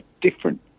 different